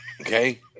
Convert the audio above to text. Okay